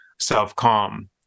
self-calm